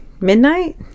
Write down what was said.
Midnight